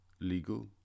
legal